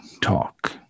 talk